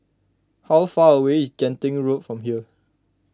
how far away is Genting Road from here